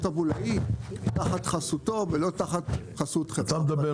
הבולאי תחת חסותו ולא תחת חסות חברת הדואר.